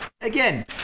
Again